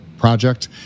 project